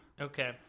Okay